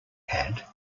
had